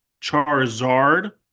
Charizard